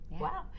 Wow